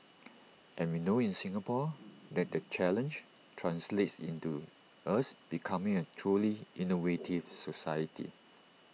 and we know in Singapore that that challenge translates into us becoming A truly innovative society